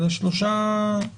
אלו שלושה, נכון?